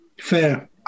Fair